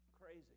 crazy